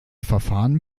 verfahren